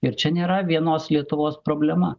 ir čia nėra vienos lietuvos problema